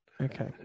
Okay